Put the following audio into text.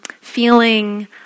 feeling